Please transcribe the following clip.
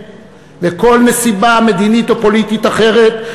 וכל נסיבה מדינית או פוליטית אחרת,